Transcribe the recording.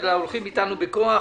אלא הולכים אתנו בכוח,